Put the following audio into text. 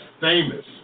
famous